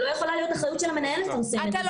לא יכולה להיות אחריות המנהל לפרסם.